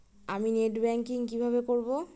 আমি net banking কিভাবে করব?